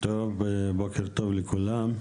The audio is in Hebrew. בוקר טוב לכולם,